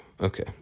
okay